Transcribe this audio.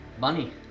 Money